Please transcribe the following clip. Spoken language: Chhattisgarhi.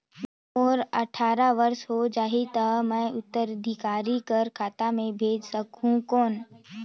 जब मोर अट्ठारह वर्ष हो जाहि ता मैं उत्तराधिकारी कर खाता मे भेज सकहुं कौन?